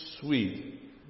sweet